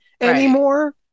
anymore